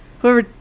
whoever